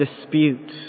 dispute